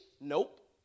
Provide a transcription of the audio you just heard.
Nope